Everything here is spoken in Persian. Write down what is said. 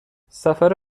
سفر